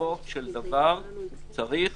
בסופו של דבר צריך